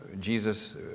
Jesus